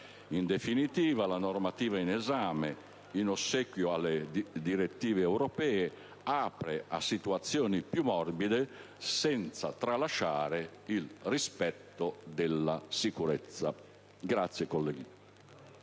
In definitiva, la normativa in esame, in ossequio alle direttive europee, apre a situazioni più morbide senza tralasciare il rispetto della sicurezza.